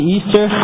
Easter